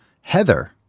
Heather